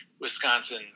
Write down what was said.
Wisconsin